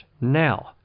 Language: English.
Now